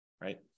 right